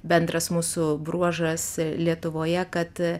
bendras mūsų bruožas lietuvoje kad